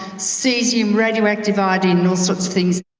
cesium, radioactive iodine and all sorts of things.